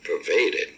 pervaded